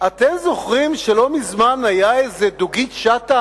אתם זוכרים שלא מזמן היתה איזושהי דוגית שטה